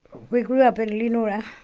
we grew up in leonora, a